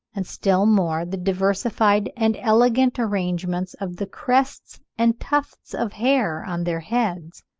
and still more the diversified and elegant arrangement of the crests and tufts of hair on their heads,